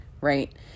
right